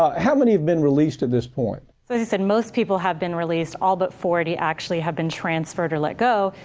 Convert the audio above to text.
ah how many have been released at this point? so as you said most people have been released, all but forty actually have been transferred or let go,